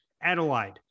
Adelaide